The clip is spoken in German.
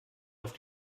auf